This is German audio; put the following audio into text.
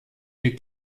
ihr